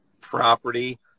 property